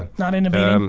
not innovating. um